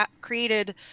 created